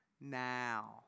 now